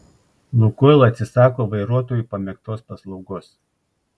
lukoil atsisako vairuotojų pamėgtos paslaugos